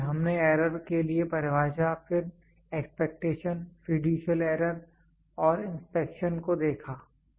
इसलिए हमने एरर के लिए परिभाषा फिर एक्सपेक्टेशन फ़िड्यूशियल एरर और इंस्पेक्शन को देखा